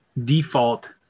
default